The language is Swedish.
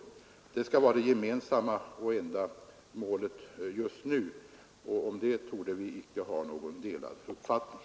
Det skall vara det gemensamma målet just nu, och om det torde vi icke ha några delade meningar.